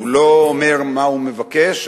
הוא לא אומר מה הוא מבקש,